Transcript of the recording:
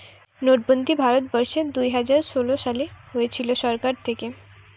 নোটবন্দি ভারত বর্ষে দুইহাজার ষোলো সালে হয়েছিল সরকার থাকে